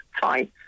Fine